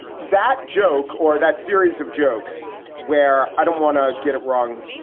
that joke or that series of jokes where i don't want to get it wrong.